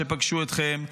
שפגשו אתכם,